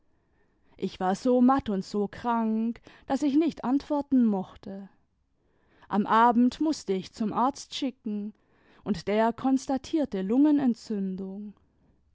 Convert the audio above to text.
ich war so matt und so kranke daß ich nicht antworten mochte am abend mußte ich zum arzt schicken und der konstatierte lungenentzündung